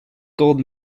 gold